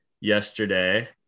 yesterday